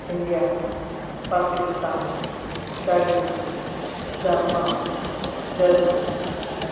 India Pakistan China Japan Germany